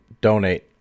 donate